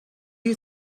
you